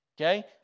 okay